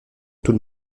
tout